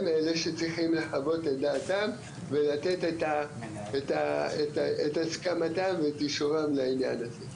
הם אלה שצריכים לחוות את דעתם ולתת את הסכמתם ואת אישורם לעניין הזה.